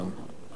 עד האות,